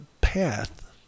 path